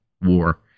war